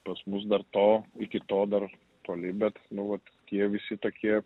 pas mus dar to iki to dar toli bet nu vat tie visi tokie